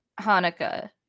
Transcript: Hanukkah